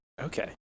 Okay